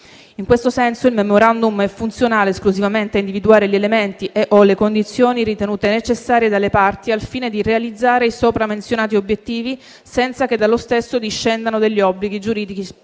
In questo senso, il *memorandum* è funzionale esclusivamente a individuare gli elementi e le condizioni ritenuti necessari dalle parti al fine di realizzare i sopramenzionati obiettivi senza che dallo stesso discendano obblighi giuridici specifici.